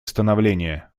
становления